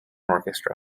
orchestra